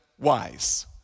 wise